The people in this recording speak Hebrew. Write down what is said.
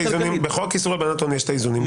בחוק איסור הלבנת הון יש האיזונים שלו.